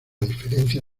diferencia